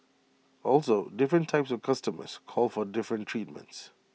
also different types of customers call for different treatments